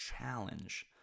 challenge